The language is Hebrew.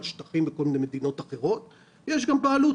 על שטחים בכל מיני מדינות אחרות ויש גם בעלות